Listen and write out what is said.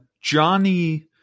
Johnny